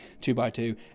two-by-two